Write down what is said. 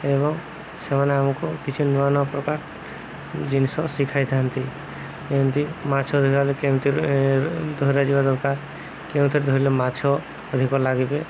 ଏବଂ ସେମାନେ ଆମକୁ କିଛି ନୂଆ ନୂଆ ପ୍ରକାର ଜିନିଷ ଶିଖାଇଥାନ୍ତି ଏମିତି ମାଛ ଧରେ କେମିତି ଧରାଯିବା ଦରକାର କେଉଁଥିରେ ଧରିଲେ ମାଛ ଅଧିକ ଲାଗିବେ